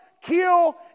kill